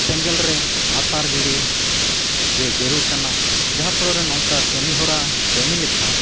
ᱥᱮᱸᱜᱮᱞ ᱨᱮ ᱟᱛᱟᱨ ᱜᱤᱰᱤ ᱜᱮ ᱡᱟᱹᱨᱩᱲ ᱠᱟᱱᱟ ᱡᱟᱦᱟᱸ ᱯᱳᱲᱳ ᱨᱮ ᱱᱚᱝᱠᱟ ᱠᱟᱹᱢᱤᱦᱚᱨᱟ ᱠᱟᱹᱢᱤ ᱞᱮᱠᱷᱟᱱ